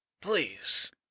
Please